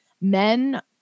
men